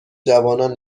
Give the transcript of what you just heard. جوانان